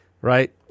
Right